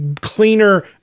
cleaner